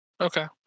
okay